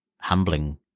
humbling